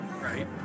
Right